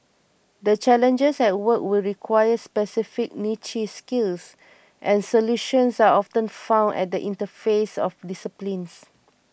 the challenges at work will require specific niche skills and solutions are often found at the interfaces of disciplines